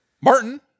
Martin